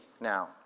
Now